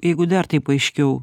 jeigu dar taip aiškiau